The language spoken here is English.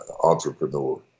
entrepreneur